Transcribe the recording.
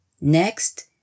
next